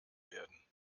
werden